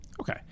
Okay